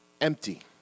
empty